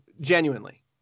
Genuinely